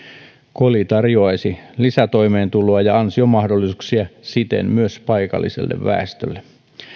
koli tarjoaisi lisätoimeentuloa ja ansiomahdollisuuksia siten myös paikalliselle väestölle